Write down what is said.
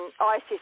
Isis